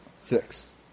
Six